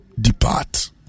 Depart